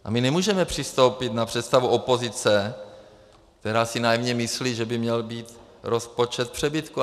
A my nemůžeme přistoupit na představu opozice, která si naivně myslí, že by měl být rozpočet v přebytku.